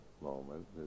moment